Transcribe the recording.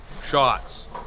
shots